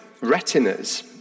retinas